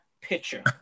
pitcher